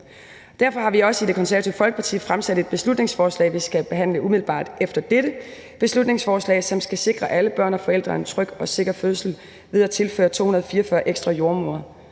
Derfor har vi også i Det Konservative Folkeparti fremsat et beslutningsforslag, vi skal behandle umiddelbart efter dette – et beslutningsforslag, som skal sikre alle børn og forældre en tryg og sikker fødsel ved at tilføre 244 ekstra jordemødre